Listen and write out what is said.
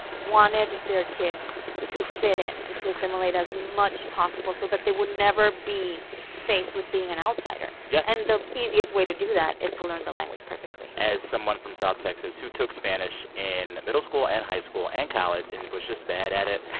wanted their kids to fit in and to assimilate as much as possible so that they would never be faced with being an outsider. yeah and the easiest way to do that is to learn the language perfectly as someone from south texas who took spanish in middle school and high school and college and was just bad at it,